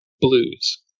blues